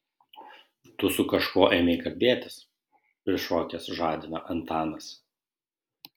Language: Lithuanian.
tu su kažkuo ėmei kalbėtis prišokęs žadina antanas